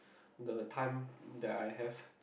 the time that I have